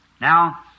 Now